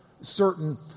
certain